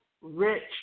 rich